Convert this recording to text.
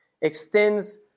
extends